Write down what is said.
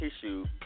tissue